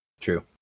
True